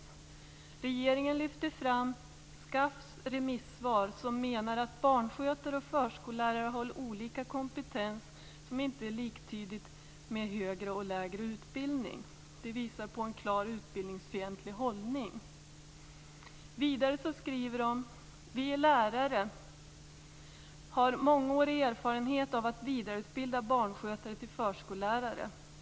Regeringen lyfter fram SKAF:s remissvar som menar att barnskötare och förskollärare har olika kompetens som inte är liktydigt med högre och lägre utbildning. Det visar på en klart utbildningsfientlig hållning. Vidare skriver de: Vi lärare har mångårig erfarenhet av att vidareutbilda barnskötare till förskollärare.